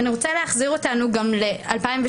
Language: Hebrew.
אני רוצה להחזיר אותנו גם ל-2017,